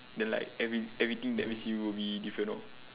then like every~ everything that means will be different lor